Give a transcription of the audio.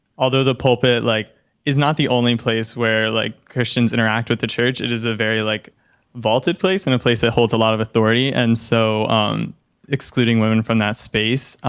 although the pulpit like is not the only place where like christians interact with the church, it is a very, like vaulted place and a place that holds a lot of authority. and so excluding women from that space,